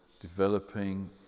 developing